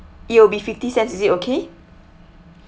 it will be fifty cents is it okay